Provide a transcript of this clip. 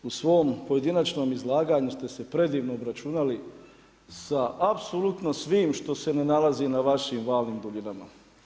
U svom pojedinačnom izlaganju ste se predivno obračunali sa apsolutnom svim što se ne nalazi na vašim valnim duljinama.